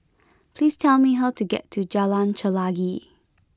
please tell me how to get to Jalan Chelagi